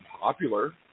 popular